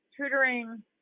tutoring